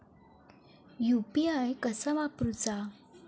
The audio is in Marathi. यू.पी.आय कसा वापरूचा?